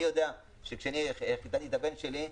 אני יודע שכשאני חיתנתי את הבן שלי,